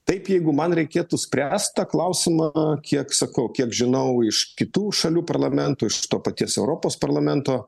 taip jeigu man reikėtų spręst tą klausimą kiek sakau kiek žinau iš kitų šalių parlamentų iš to paties europos parlamento